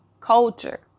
culture